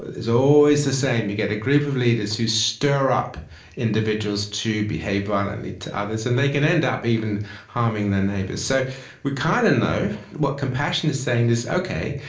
always the same, you get a group of leaders who stir up individuals to behave violently to others. and they can end up even harming their neighbours. so we kind of know. what compassion is saying is, okay,